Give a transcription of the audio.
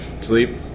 Sleep